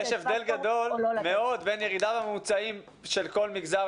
יש הבדל גדול מאוד בין ירידה בממוצעים של כל מגזר